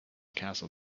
castle